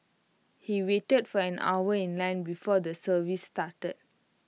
he waited for an hour in line before the service started